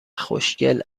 خوشگل